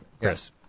yes